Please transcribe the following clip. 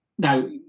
Now